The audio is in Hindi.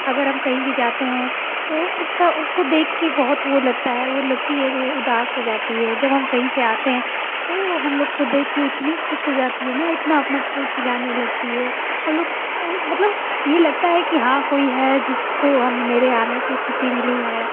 अगर हम कहीं भी जाते हैं तो उसका उसको देख के बहुत वो लगता है वो लगती है उदास हो जाती है जब हम कही से आते हैं तो हम लोग को देख के इतनी खुश हो जाती है ना इतना अपना पूँछ हिलाने लगती है हम लोग मतलब ये लगता है कि हाँ कोई है जिसको हम मेरे आने से खुशी मिली है